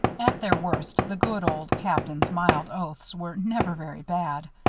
at their worst, the good old captain's mild oaths were never very bad.